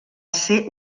ser